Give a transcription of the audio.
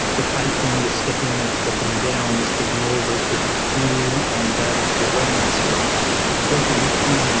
the hiking, the stepping up, stepping down, stepping over, stepping through on diverse terrains? where's where's the lifting, and